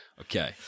Okay